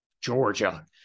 Georgia